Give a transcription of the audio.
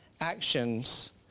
actions